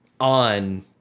on